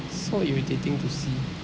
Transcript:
so irritating to see